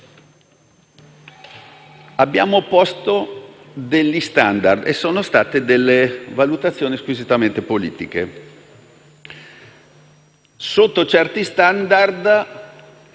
Abbiamo posto degli *standard* basati su valutazioni squisitamente politiche. Sotto certi *standard*,